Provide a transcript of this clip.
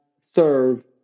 SERVE